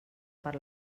per